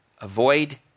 avoid